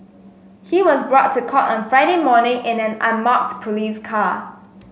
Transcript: he was brought to court on Friday morning in an unmarked police car